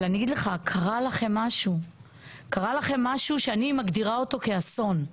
אבל קרה לכם משהו שאני מגדירה אותו כאסון.